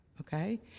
Okay